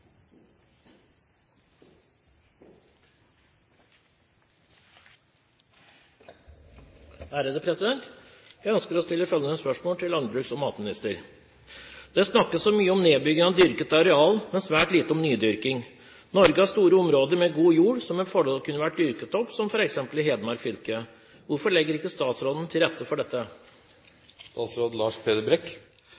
til landbruks- og matministeren: «Det snakkes så mye om nedbygging av dyrket areal, men svært lite om nydyrking. Norge har store områder med god jord som med fordel kunne vært dyrket opp, f.eks. i Hedmark fylke. Hvorfor legger ikke statsråden til rette for dette?»